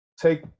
take